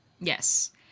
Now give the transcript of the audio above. Yes